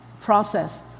process